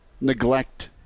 Neglect